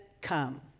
come